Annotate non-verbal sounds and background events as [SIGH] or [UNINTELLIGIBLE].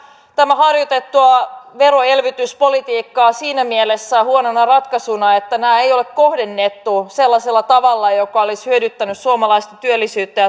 tätä harjoitettua veroelvytyspolitiikkaa siinä mielessä huonona ratkaisuna että sitä ei ole kohdennettu sellaisella tavalla joka olisi hyödyttänyt suomalaista työllisyyttä [UNINTELLIGIBLE]